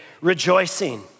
rejoicing